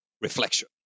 reflection